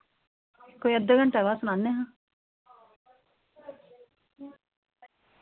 कोई अद्धे घैंटे बाद सनाने आं